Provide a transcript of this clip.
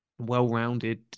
well-rounded